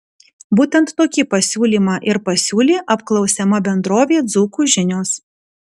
būtent tokį pasiūlymą ir pasiūlė apklausiama bendrovė dzūkų žinios